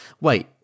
wait